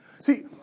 See